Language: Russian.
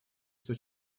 что